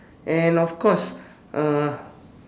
and of course uh